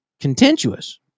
contentious